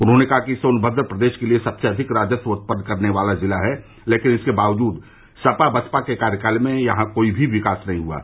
उन्होंने कहा कि सोनथद्र प्रदेश के लिये सबसे अधिक राजस्व उत्पन्न करने वाला जिला है लेकिन इसके बावजूद सपा बसपा के कार्यकाल में यहां कोई भी विकास नहीं हुआ है